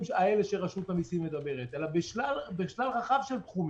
שרשות המיסים מדברת אלא בשלל רחב של תחומים.